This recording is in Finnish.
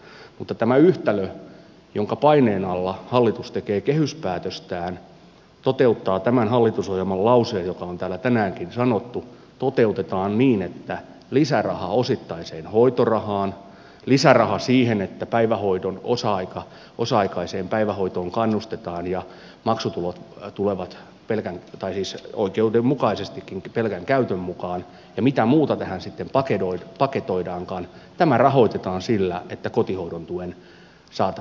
mutta tämä yhtälö jonka paineen alla hallitus tekee kehyspäätöstään toteuttaa tämän hallitusohjelman lause joka on täällä tänäänkin sanottu toteutetaan niin että lisärahaa osittaiseen hoitorahaan lisäraha siihen että osa aikaiseen päivähoitoon kannustetaan ja maksutulot tulevat oikeudenmukaisestikin pelkän käytön mukaan ja mitä muuta tähän sitten paketoidaankaan saadaan sillä että kotihoidon tuen saatavuutta heikennetään